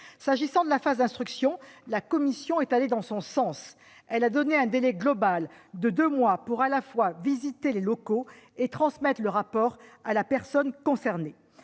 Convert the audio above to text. S'agissant de la phase d'instruction, la commission est allée dans son sens. Elle a donné un délai global de deux mois, à la fois pour visiter les locaux et transmettre le rapport à la personne concernée.